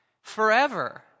forever